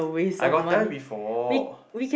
I got tell you before